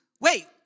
wait